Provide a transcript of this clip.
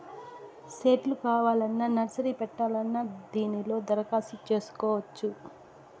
సెట్లు కావాలన్నా నర్సరీ పెట్టాలన్నా దీనిలో దరఖాస్తు చేసుకోవచ్చు